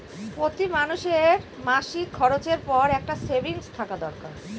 প্রতি মানুষের মাসিক খরচের পর একটা সেভিংস থাকা দরকার